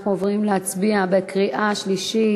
אנחנו עוברים להצביע בקריאה שלישית.